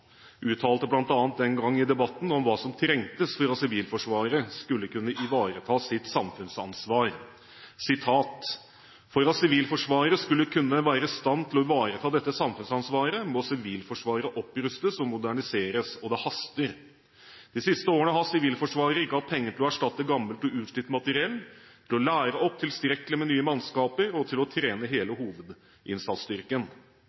uttalte bl.a. den gang i debatten om hva som trengtes for at Sivilforsvaret skulle kunne ivareta sitt samfunnsansvar: «For at Sivilforsvaret skal kunne være i stand til å ivareta dette samfunnsansvaret, må Sivilforsvaret opprustes og moderniseres – og det haster. De siste årene har Sivilforsvaret ikke hatt penger til å erstatte gammelt og utslitt materiell, til å lære opp tilstrekkelig med nye mannskaper og til å trene